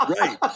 Right